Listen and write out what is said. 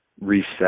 reset